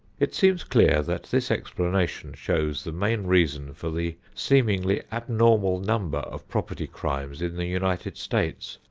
it seems clear that this explanation shows the main reason for the seemingly abnormal number of property crimes in the united states.